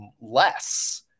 less